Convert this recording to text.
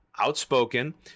outspoken